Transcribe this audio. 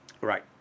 Right